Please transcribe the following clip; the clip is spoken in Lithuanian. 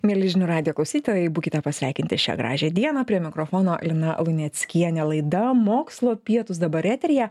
mieli žinių radijo klausytojai būkite pasveikinti šią gražią dieną prie mikrofono lina luneckienė laida mokslo pietūs dabar eteryje